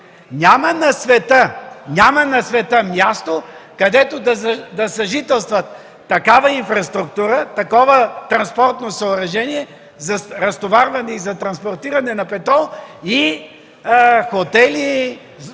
На света няма място, където да съжителстват такава инфраструктура, такова транспортно съоръжение за разтоварване и транспортиране на петрол и хотели,